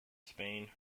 spain